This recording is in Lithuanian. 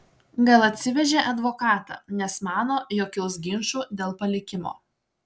gal atsivežė advokatą nes mano jog kils ginčų dėl palikimo